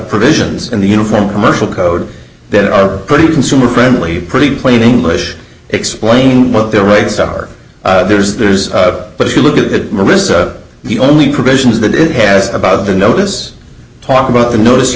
provisions in the uniform commercial code that are pretty consumer friendly pretty plain english explain what their rights are there's theirs but if you look at my wrists the only provisions that it has about the notice talk about the notice you